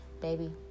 Baby